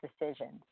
decisions